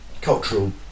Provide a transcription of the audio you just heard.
cultural